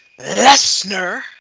Lesnar